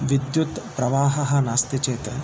विद्युत्प्रवाहः नास्ति चेत्